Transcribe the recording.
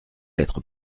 être